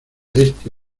este